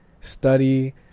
study